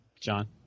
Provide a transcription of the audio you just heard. John